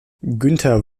günther